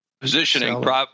positioning